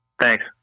thanks